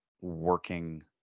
working